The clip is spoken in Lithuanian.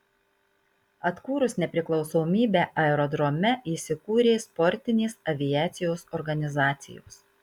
atkūrus nepriklausomybę aerodrome įsikūrė sportinės aviacijos organizacijos